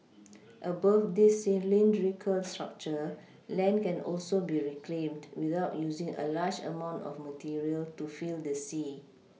above this cylindrical structure land can also be reclaimed without using a large amount of material to fill the sea